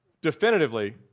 definitively